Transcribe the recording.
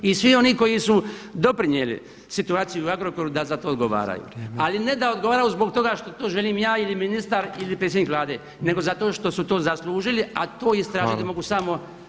I svi oni koji su doprinijeli situaciju u Agrokoru da za to odgovaraju [[Upadica predsjednik: Vrijeme.]] Ali ne da odgovaraju zbog toga što to želim ja ili ministar ili predsjednik Vlade, nego zato što su to zaslužili, a to istražiti mogu samo